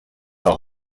auch